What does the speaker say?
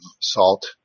salt